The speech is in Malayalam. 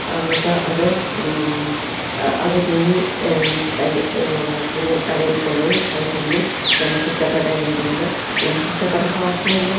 എന്നിട്ട് അത് അത് തുന്നി തൈ തുന്നൽ കടയിൽ കൊണ്ടു പോയി അത് തുന്നി നമുക്കിഷ്ടപ്പെട്ട രീതിയിൽ നമുക്കിഷ്ടപ്പെട്ട ഫാഷനിൽ